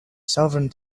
southern